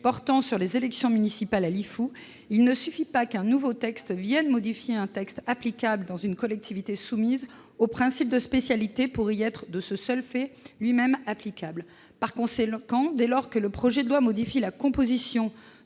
portant sur les élections municipales à Lifou, il ne suffit pas qu'un nouveau texte modifie un texte applicable dans une collectivité soumise au principe de spécialité législative pour y être, de ce seul fait, lui-même applicable. En conséquence, dès lors que le projet de loi modifie la composition